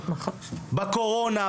בקורונה,